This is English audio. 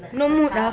like shut up